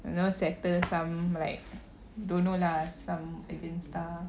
you know settle some like don't know lah some urgent stuff